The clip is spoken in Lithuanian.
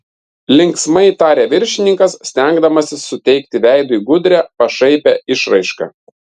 linksmai tarė viršininkas stengdamasis suteikti veidui gudrią pašaipią išraišką